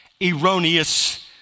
erroneous